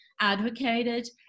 advocated